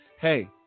hey